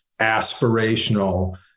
aspirational